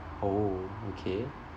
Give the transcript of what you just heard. oh okay